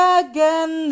again